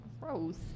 Gross